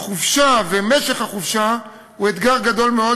החופשה ומשך החופשה הם אתגר גדול מאוד,